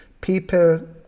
People